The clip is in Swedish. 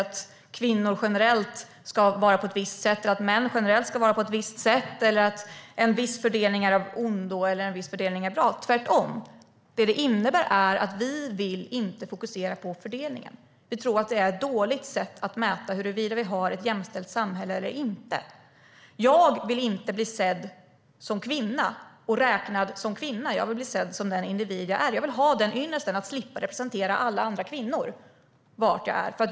Det betyder inte att vi anser att kvinnor respektive män generellt ska vara på ett visst sätt eller att en viss fördelning är av ondo eller av godo. Tvärt-om - det som det innebär är att vi inte vill fokusera på fördelningen. Vi tror att det är ett dåligt sätt att mäta huruvida vi har ett jämställt samhälle eller inte. Jag vill inte bli sedd som kvinna och räknad som kvinna. Jag vill bli sedd som den individ jag är. Jag vill ha ynnesten att slippa representera alla andra kvinnor var jag än är.